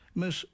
mas